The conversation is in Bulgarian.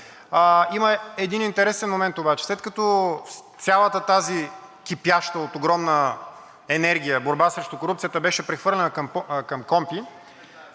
Има един интересен момент обаче. След като цялата тази кипяща от огромна енергия борба срещу корупцията беше прехвърлена към КПКОНПИ,